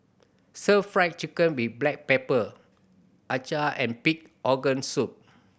Stir Fried Chicken with black pepper acar and pig organ soup